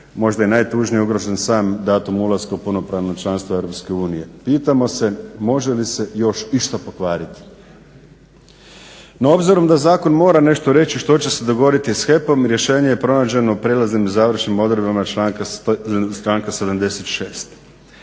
možda i najtužnije ugrožen sam datum ulaska u samo punopravno članstvo Europske unije. Pitamo se može li se još išta pokvariti. No, obzirom da zakon mora nešto reći što će se dogoditi sa HEP-om rješenje je pronađeno u prijelaznim i završnim odredbama članka 76.